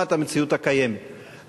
לעומת המציאות הקיימת.